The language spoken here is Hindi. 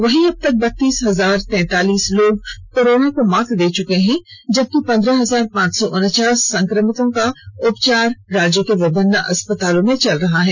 वहीं अब तक बत्तीस हजार तैतालीस लोग कोरोना को मात दे चुके हैं जबकि पंद्रह हजार पांच सौ उनचास संक्रमितों का उपचार राज्य के विभिन्न अस्पताल में चल रहा है